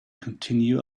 continue